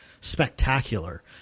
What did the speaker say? spectacular